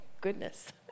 Goodness